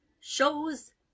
shows